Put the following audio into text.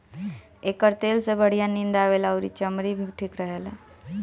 एकर तेल से बढ़िया नींद आवेला अउरी चमड़ी भी ठीक रहेला